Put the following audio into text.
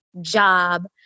job